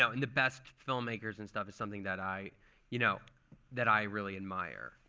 so in the best filmmakers and stuff, is something that i you know that i really admire.